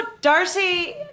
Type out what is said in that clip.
Darcy